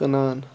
کٕنان